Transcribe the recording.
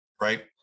right